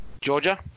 Georgia